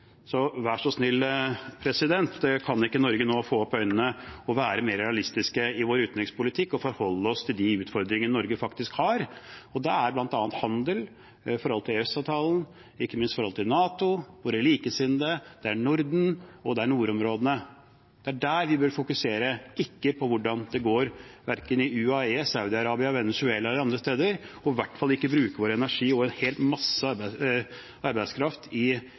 Så vær så snill, kan ikke Norge nå få opp øynene og være mer realistiske i vår utenrikspolitikk og forholde oss til de utfordringene Norge faktisk har? Det er bl.a. handel, forholdet til EØS-avtalen, ikke minst forholdet til NATO, våre likesinnede, det er Norden og det er nordområdene. Det er dette vi bør fokusere på, ikke på hvordan det går i verken UAE, Saudi-Arabia, Venezuela eller andre steder, og vi bør i hvert fall ikke bruke vår energi og en hel masse arbeidskraft i